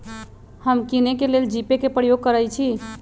हम किने के लेल जीपे कें प्रयोग करइ छी